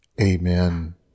Amen